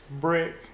brick